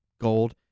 gold